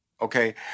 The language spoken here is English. Okay